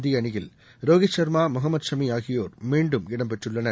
இந்திய அணியில் ரோகித் சர்மா முகமது ஷமி ஆகியோர் மீண்டும் இடம்பெற்றுள்ளனர்